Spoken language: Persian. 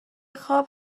خواب